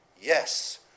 Yes